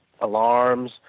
alarms